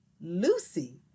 Lucy